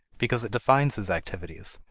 because it defines his activities,